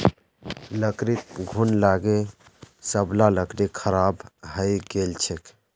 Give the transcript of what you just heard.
लकड़ीत घुन लागे सब ला लकड़ी खराब हइ गेल छेक